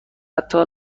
حتی